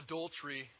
Adultery